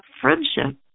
friendship